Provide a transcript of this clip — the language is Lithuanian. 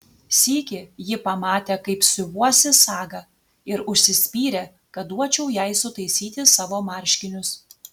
sykį ji pamatė kaip siuvuosi sagą ir užsispyrė kad duočiau jai sutaisyti savo marškinius